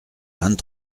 vingt